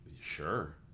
Sure